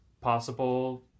possible